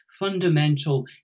fundamental